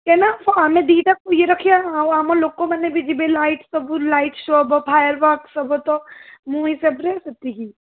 ଏ ନା ହଁ ଆମେ ଦୁଇଟାକୁ ଇଏ ରଖିବା ଆଉ ଆମ ଲୋକମାନେ ବି ଯିବେ ଆଉ ଲାଇଟ୍ ସୋ ହେବ ଫାୟାର୍ ୱାର୍କ୍ସ ହବ ତ ମୋ ହିସାବରେ ସେତିକି